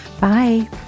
Bye